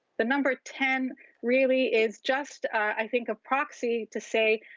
the number ten really is just, i think, a proxy to say,